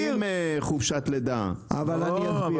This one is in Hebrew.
נשים עצמאיות יש להן זכות לחופשת לידה, כמובן.